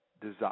desire